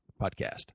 podcast